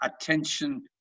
attention